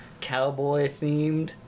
cowboy-themed